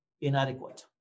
inadequate